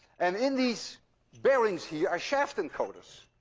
and in these bearings here are shaft encoders,